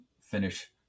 finish